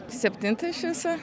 septintą iš viso